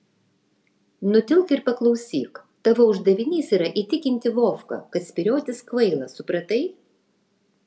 nutilk ir paklausyk tavo uždavinys yra įtikinti vovką kad spyriotis kvaila supratai